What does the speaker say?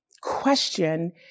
question